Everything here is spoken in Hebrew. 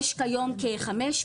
יש כיום כ-500